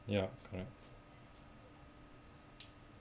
ya correct